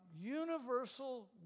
Universal